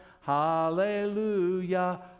Hallelujah